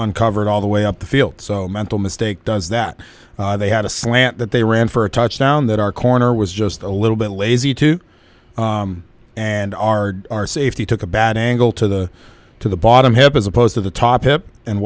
uncovered all the way up the field so mental mistake does that they had a slant that they ran for a touchdown that our corner was just a little bit lazy too and our our safety took a bad angle to the to the bottom hip as opposed to the top hip and